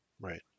Right